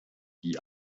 die